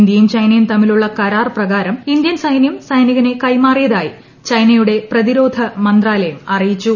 ഇന്ത്യയും ചൈനയും തമ്മിലുള്ള കരാർ പ്രകാരം ഇന്ത്യൻ സൈന്യം സൈനികനെ കൈമാറിയതായി ചൈനയുടെ പ്രതിരോധ മന്ത്രാലയം അറിയിച്ചു